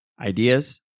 Ideas